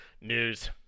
News